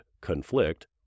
conflict